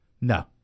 No